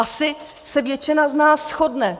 Asi se většina z nás shodne...